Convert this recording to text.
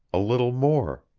a little more.